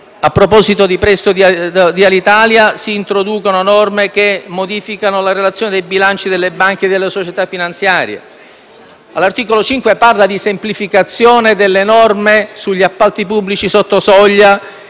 a proposito di prestito all'Alitalia, si introducono norme che modificano la redazione dei bilanci delle banche e delle società finanziarie. All'articolo 5 si parla di semplificazione delle norme sugli appalti pubblici sotto soglia,